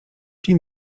dzień